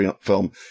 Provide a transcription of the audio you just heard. film